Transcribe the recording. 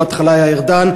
בהתחלה זה היה ארדן,